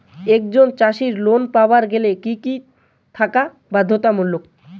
একজন চাষীর লোন পাবার গেলে কি কি থাকা বাধ্যতামূলক?